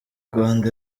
rwanda